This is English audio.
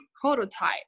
prototype